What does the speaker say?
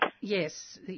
Yes